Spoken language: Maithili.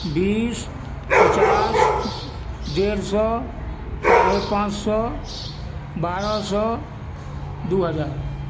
बीस पचास डेढ़ सए साढ़े पाँच सए बारह सए दू हजार